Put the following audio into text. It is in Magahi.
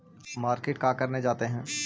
मार्किट का करने जाते हैं?